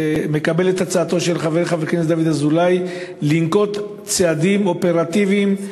נקבל את הצעתו של חבר הכנסת דוד אזולאי לנקוט צעדים אופרטיביים,